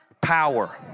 power